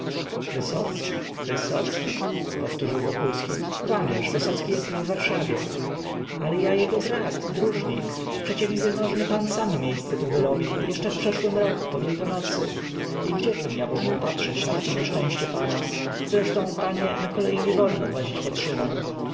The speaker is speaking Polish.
wysocki wysocki powtórzył wokulski kłamiesz wysocki jest w warszawie ale ja jego brat dróżnik przecie mi wielmożny pan sam miejsce tu wyrobił jeszcze w przeszłym roku po wielkanocy i gdzieżbym ja mógł patrzeć na takie nieszczęście pana zresztą panie na kolei niewolno włazić pod